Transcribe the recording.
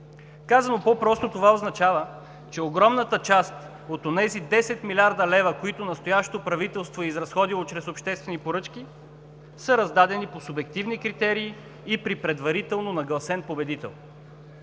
Казано по просто това означава, че огромната част от онези 10 млрд. лв., които настоящото правителство е изразходило чрез обществени поръчки, са раздадени по субективни критерии и при предварително нагласен победител.